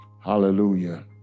Hallelujah